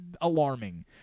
alarming